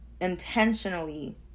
intentionally